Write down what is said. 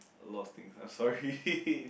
a lot of things I'm sorry